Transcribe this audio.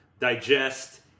digest